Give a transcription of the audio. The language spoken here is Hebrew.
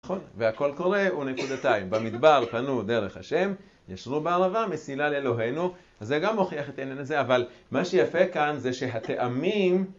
והכל קורה ונקודתיים במדבר פנו דרך השם ישרו בערבה מסילה לאלוהינו אז זה גם מוכיח את העניין הזה אבל מה שיפה כאן זה שהטעמים